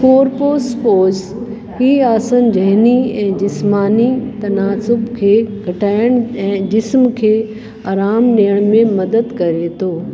पोर पोस पोज़ ई आसन जहिनी ऐं जिस्मानी तनासुब खे घटाइण ऐं जिस्म खे आरामु ॾियण में मदद करे थो